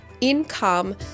income